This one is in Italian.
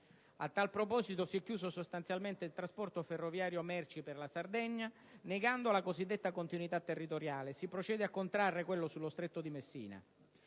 A tal proposito, si è chiuso sostanzialmente il trasporto ferroviario merci per la Sardegna, negando la cosiddetta continuità territoriale e si procede a contrarre quello sullo Stretto di Messina.